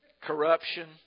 Corruption